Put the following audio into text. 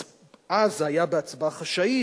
אז זה היה בהצבעה חשאית.